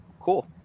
Cool